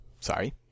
sorry